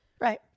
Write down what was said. Right